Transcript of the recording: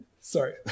Sorry